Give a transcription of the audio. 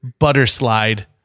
Butterslide